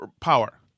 power